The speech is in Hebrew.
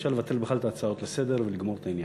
אפשר לבטל בכלל את ההצעות לסדר-היום ולגמור עם העניין.